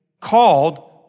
called